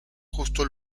justo